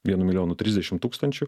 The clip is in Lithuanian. vienu milijonu trisdešim tūkstančių